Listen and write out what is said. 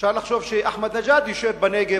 אפשר לחשוב שאחמדינג'אד יושב בנגב,